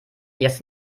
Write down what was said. jetzt